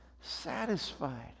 satisfied